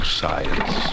science